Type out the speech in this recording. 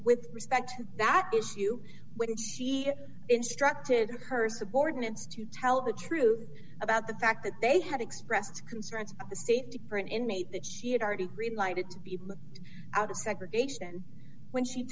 with respect to that issue when she instructed her subordinates to tell the truth about the fact that they had expressed concerns of the state to print inmate that she had already greenlighted to be out of segregation when she